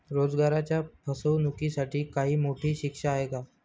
रोजगाराच्या फसवणुकीसाठी काही मोठी शिक्षा आहे का?